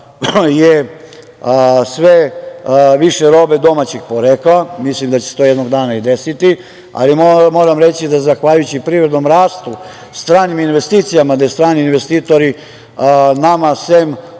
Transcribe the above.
je sve više robe domaćeg porekla, mislim da će se to jednog dana i desiti, ali moram reći da zahvaljujući privrednom rastu, stranim investicijama, gde strani investitori nama, sem